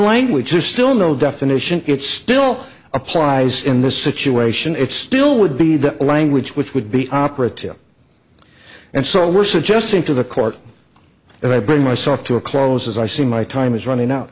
language is still no definition it still applies in this situation it still would be the language which would be operative and so we're suggesting to the court that i bring myself to a close as i see my time is running out